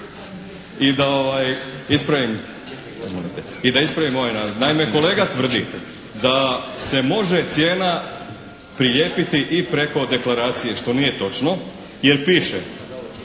i da ispravim ovaj navod. Naime, kolega tvrdi da se može cijena prilijepiti i preko deklaracije što nije točno jer piše: